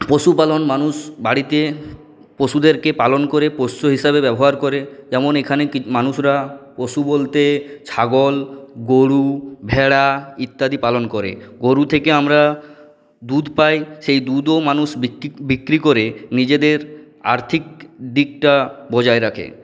পশুপালন মানুষ বাড়িতে পশুদেরকে পালন করে পোষ্য হিসাবে ব্যবহার করে যেমন এখানে কি মানুষরা পশু বলতে ছাগল গরু ভেড়া ইত্যাদি পালন করে গরু থেকে আমরা দুধ পাই সেই দুধও মানুষ বিক্রি বিক্রি করে নিজেদের আর্থিক দিকটা বজায় রাখে